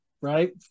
right